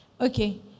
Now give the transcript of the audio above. Okay